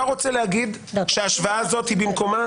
אתה רוצה להגיד שההשוואה הזאת היא במקומה,